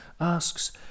asks